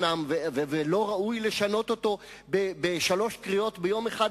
ולא ראוי לשנות אותו בשלוש קריאות ביום אחד,